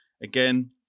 again